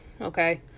Okay